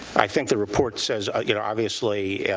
i think the report says ah you know obviously yeah